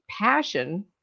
passion